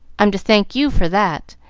i'm to thank you for that,